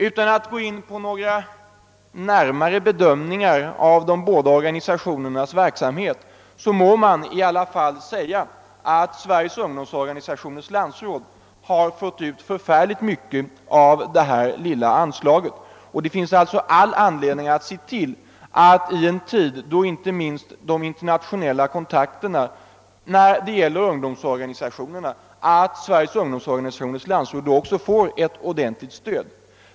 Utan att här ingå på någon närmare bedömning av de båda organisationernas verksamhet vill jag ändå säga att Sveriges ungdomsorganisationers landsråd har fått ut oerhört mycket av sitt lilla anslag, och det finns därför all anledning se till att ungdomsorganisationerna för sina internationella kontakter lämnas ett ordentligt stöd.